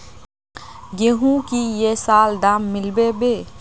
गेंहू की ये साल दाम मिलबे बे?